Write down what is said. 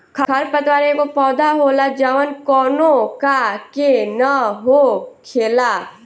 खर पतवार एगो पौधा होला जवन कौनो का के न हो खेला